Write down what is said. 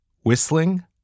Whistling